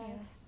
Yes